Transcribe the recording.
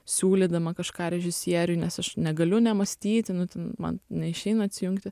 siūlydama kažką režisieriui nes aš negaliu nemąstyti nu man neišeina atsijungti